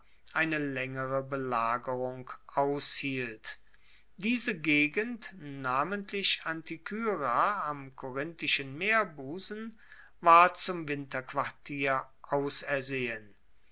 eine laengere belagerung aushielt diese gegend namentlich antikyra am korinthischen meerbusen war zum winterquartier ausersehen